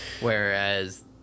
Whereas